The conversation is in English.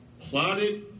plotted